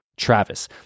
Travis